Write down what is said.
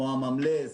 כמו הממל"ז,